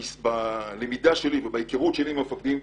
בלמידה שלי ובהיכרות שלי עם המפקדים,